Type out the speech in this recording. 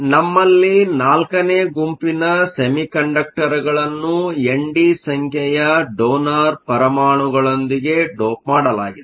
ನಮ್ಮಲ್ಲಿ 4 ನೇ ಗುಂಪಿನ ಸೆಮಿಕಂಡಕ್ಟರ್ಗಳನ್ನು ಎನ್ಡಿ ಸಂಖ್ಯೆಯ ಡೋನರ್ ಪರಮಾಣುಗಳೊಂದಿಗೆ ಡೋಪ್ ಮಾಡಲಾಗಿದೆ